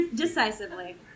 decisively